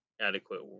adequate